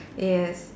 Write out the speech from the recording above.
yes